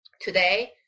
today